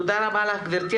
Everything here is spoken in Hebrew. תודה רבה לך גבירתי,